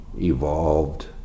evolved